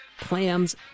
clams